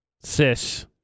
Sis